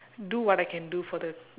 do what I can do for the